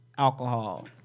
alcohol